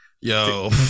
Yo